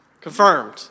Confirmed